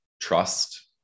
trust